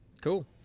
cool